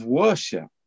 worship